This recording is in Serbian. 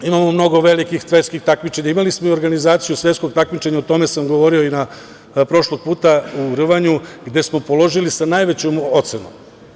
Imamo mnogo velikih svetskih takmičenja, imali smo i organizaciju svetskog takmičenja, o tome sam govorio i prošlog puta, u rvanju, gde smo položili sa najvećom ocenom.